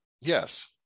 yes